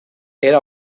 era